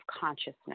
consciousness